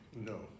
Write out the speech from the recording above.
No